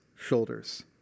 shoulders